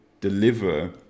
deliver